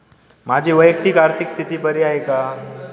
माझी वैयक्तिक आर्थिक स्थिती बरी आहे का?